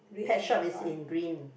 pet shop is in green